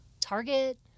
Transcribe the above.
Target